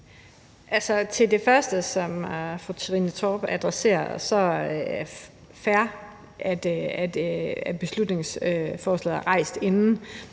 Til det første, som fru Trine Torp adresserer, vil jeg sige, at det er fair, at beslutningsforslaget er fremsat inden.